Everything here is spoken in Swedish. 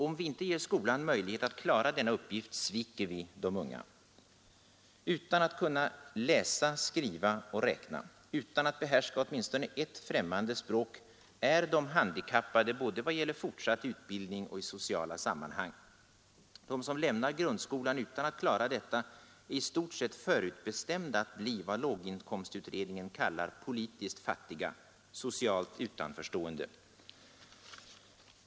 Om vi inte ger skolan möjlighet att klara denna uppgift sviker vi de unga. Utan att kunna läsa, skriva och räkna, utan att behärska åtminstone ett främmande språk är de handikappade både vad gäller fortsatt utbildning och i sociala sammanhang. De som lämnar grundskolan utan att klara detta är i stort sett förutbestämda att bli vad låginkomstutredningen kallar ”politiskt fattiga”, socialt utanförstående.